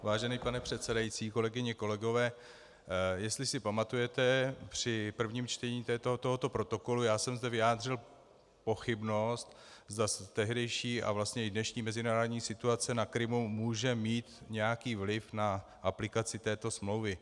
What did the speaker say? Vážený pane předsedající, kolegyně, kolegové, jestli si pamatujete, při prvním čtení tohoto protokolu jsem zde vyjádřil pochybnost, zda tehdejší a vlastně i dnešní mezinárodní situace na Krymu může mít nějaký vliv na aplikaci této smlouvy.